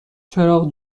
چراغ